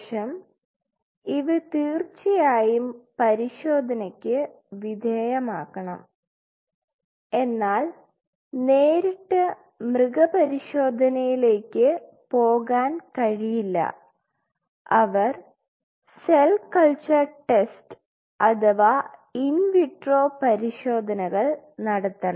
ശേഷം ഇവ തീർച്ചയായും പരിശോധനയ്ക്ക് വിധേയമാകണം എന്നാൽ നേരിട്ട് മൃഗ പരിശോധനയിലേക്ക് പോകാൻ കഴിയില്ല അവർ സെൽ കൾച്ചർ ടെസ്റ്റ് അഥവാ ഇൻ വിട്രോ പരിശോധനകൾ നടത്തണം